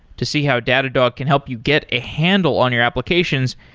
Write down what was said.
to see how datadog can help you get a handle on your applications,